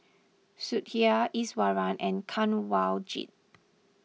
Sudhir Iswaran and Kanwaljit